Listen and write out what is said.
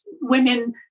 women